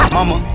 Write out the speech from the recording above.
Mama